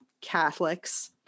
catholics